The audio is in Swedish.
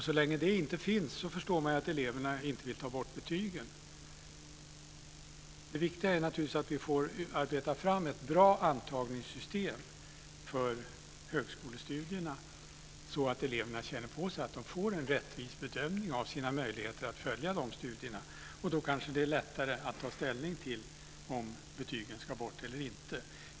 Så länge det inte finns förstår man att eleverna inte vill ta bort betygen. Det viktiga är naturligtvis att vi får arbeta fram ett bra antagningssystem för högskolestudierna så att eleverna känner på sig att de får en rättvis bedömning av sina möjligheter att följa de studierna. Då kanske det är lättare att ta ställning till om betygen ska bort eller inte.